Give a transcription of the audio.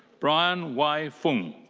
brian wai fung.